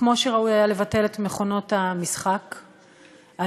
כמו שראוי היה לבטל את מכונות המשחק האלקטרוניות,